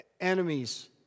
enemies